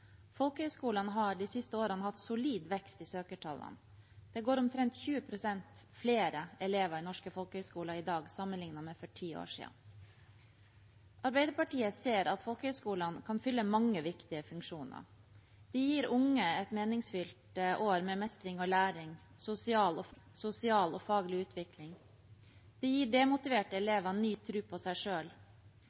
har de siste årene hatt solid vekst i søkertallene. Det går omtrent 20 pst. flere elever på norske folkehøyskoler i dag sammenliknet med for ti år siden. Arbeiderpartiet ser at folkehøyskolene kan fylle mange viktige funksjoner. De gir unge et meningsfylt år med mestring og læring, sosial og faglig utvikling. De gir demotiverte elever ny tro på seg